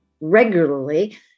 regularly